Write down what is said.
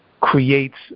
Creates